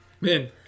Man